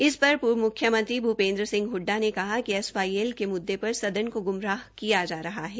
इस पर पूर्व म्ख्यमंत्री भूपेन्द्र सिंह हडडा ने कहा कि एसवाईएल के मुद्दे पर सदन को ग्मराह किया जा रहा है